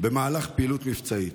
במהלך פעילות מבצעית.